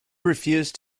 refused